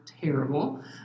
terrible